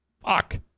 Fuck